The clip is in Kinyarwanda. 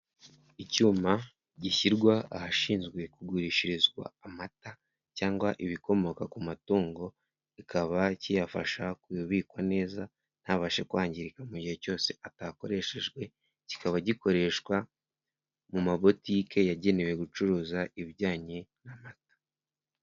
Icyuma gishyirwa ahashinzwe kugurishirizwa amata cyangwa ibikomoka ku matungo, kikaba kiyafasha kubikwa neza ntabashe kwangirika mu gihe cyose atakoreshejwe, kikaba gikoreshwa mu mabutike yagenewe gucuruza ibijyanye n'amata.